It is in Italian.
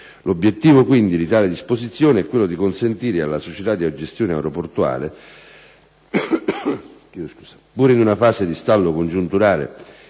L'obiettivo, quindi, di tale disposizione è quello di consentire alle società di gestione aeroportuale, pur in una fase di stallo congiunturale